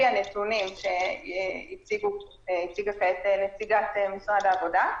בה לפי הנתונים שהציגה כעת נציגת משרד העבודה.